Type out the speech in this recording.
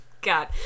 God